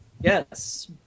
Yes